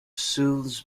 soothes